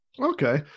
Okay